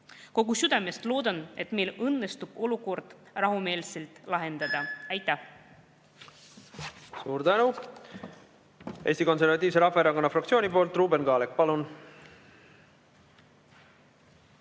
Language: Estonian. Kogu südamest loodan, et meil õnnestub olukord rahumeelselt lahendada. Aitäh!